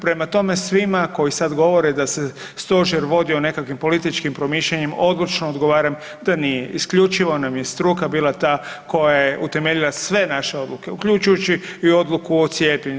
Prema tome, svima koji sad govore da se stožer vodio nekakvim političkim promišljanjem odlučno odgovaram da nije, isključivo nam je struka bila ta koja je utemeljila sve naše odluke uključujući i odluku o cijepljenju.